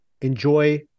enjoy